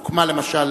למשל,